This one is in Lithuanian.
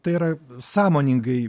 tai yra sąmoningai